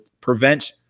prevent